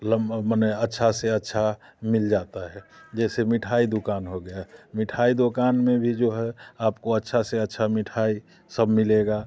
मने अच्छा से अच्छा मिल जाता है जैसे मिठाई दुकान हो गया मिठाई दुकान में भी जो है आपको अच्छा से अच्छा मिठाई सब मिलेगा